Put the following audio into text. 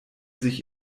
sich